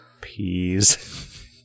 peas